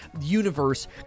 universe